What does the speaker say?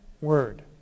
word